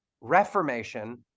reformation